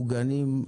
מוגנים,